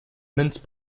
mince